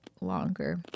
longer